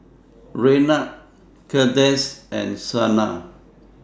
Raynard Kandace and Shana